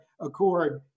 Accord